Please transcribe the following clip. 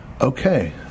okay